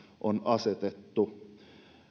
on asetettu